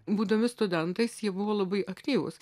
būdami studentais jie buvo labai aktyvūs